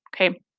Okay